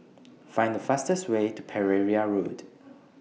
Find The fastest Way to Pereira Road